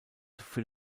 für